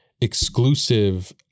exclusive